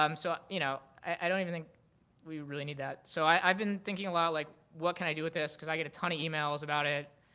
um so, you know, i don't even think we really need that. so i've been thinking a lot like what can i do with this? cause i get a ton of emails about it.